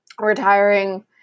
retiring